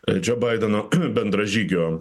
džo baideno bendražygio